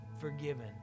forgiven